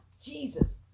Jesus